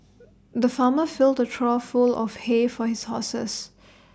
the farmer filled A trough full of hay for his horses